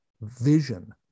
vision